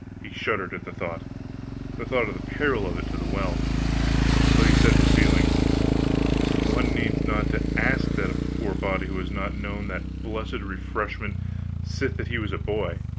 he shuddered at the thought the thought of the peril of it to the well but he said with feeling one needs not to ask that of a poor body who has not known that blessed refreshment sith that he was a boy.